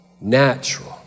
natural